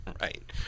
Right